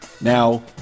now